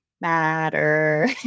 matter